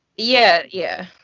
yeah. yeah.